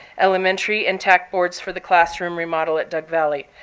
elementary and tech boards for the classroom remodel at doug valley.